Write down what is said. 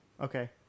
Okay